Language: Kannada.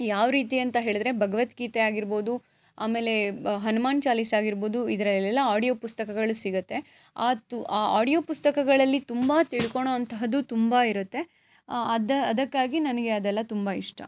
ಯಾವ ರೀತಿ ಅಂತ ಹೇಳಿದ್ರೆ ಭಗವದ್ಗೀತೆ ಆಗಿರ್ಬೋದು ಆಮೇಲೆ ಬ ಹನುಮಾನ್ ಚಾಲೀಸ್ ಆಗಿರ್ಬೋದು ಇದರಲ್ಲೆಲ್ಲ ಆಡಿಯೋ ಪುಸ್ತಕಗಳು ಸಿಗುತ್ತೆ ಅದು ಆ ಆಡಿಯೋ ಪುಸ್ತಕಗಳಲ್ಲಿ ತುಂಬ ತಿಳ್ಕೊಳೋ ಅಂತಹದ್ದು ತುಂಬ ಇರುತ್ತೆ ಅದು ಅದಕ್ಕಾಗಿ ನನಗೆ ಅದೆಲ್ಲ ತುಂಬ ಇಷ್ಟ